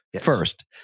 First